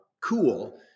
cool